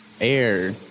air